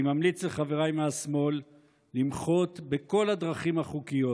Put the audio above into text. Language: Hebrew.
אני ממליץ לחבריי מהשמאל למחות בכל הדרכים החוקיות,